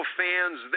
fans